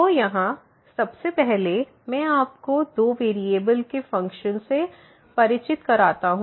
तो यहां सबसे पहले मैं आपको दो वेरिएबल के फ़ंक्शन से परिचित कराता हूं